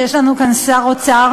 שיש לנו כאן שר אוצר